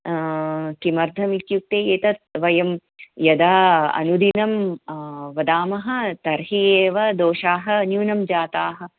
किमर्थम् इत्युक्ते एतत् वयं यदा अनुदिनं वदामः तर्हि एव दोषाः न्यूनं जाताः